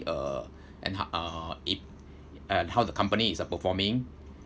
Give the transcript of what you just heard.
uh and ho~ uh it and how the company is uh performing